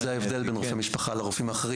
זה ההבדל בין רופא משפחה לרופאים האחרים